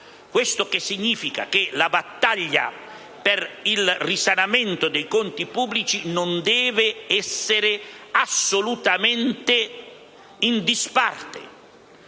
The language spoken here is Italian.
Questo significa che la battaglia per il risanamento dei conti pubblici non deve essere assolutamente in disparte.